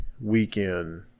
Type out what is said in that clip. weekend